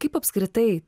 kaip apskritai